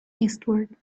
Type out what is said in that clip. eastward